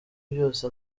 byose